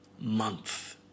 month